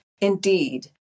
Indeed